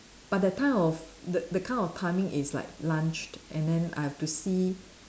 but that time of the the kind of timing is like lunch and then I have to see